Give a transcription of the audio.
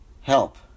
Help